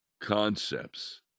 concepts